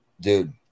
Dude